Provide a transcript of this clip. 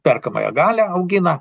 perkamąją galią augina